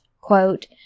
quote